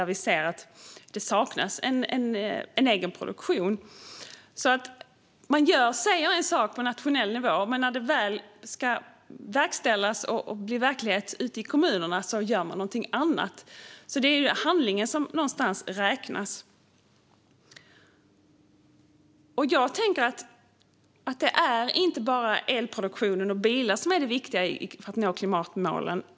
Vi ser att det saknas en egen produktion där. Man säger alltså en sak på nationell nivå, men när det väl ska verkställas och bli verklighet ute i kommunerna gör man någonting annat. Någonstans är det ju handlingen som räknas. Jag tänker att det inte bara är elproduktionen och bilar som är det viktiga för att vi ska nå klimatmålen.